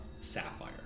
sapphire